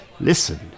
Listen